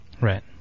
Right